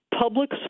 public